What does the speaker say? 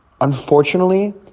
Unfortunately